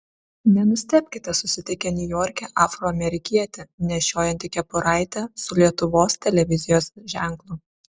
nenustebkite susitikę niujorke afroamerikietį nešiojantį kepuraitę su lietuvos televizijos ženklu